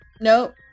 Nope